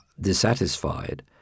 dissatisfied